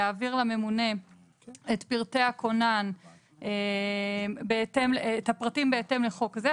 יעביר לממונה את פרטי הכונן בהתאם לחוק זה,